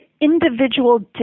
individual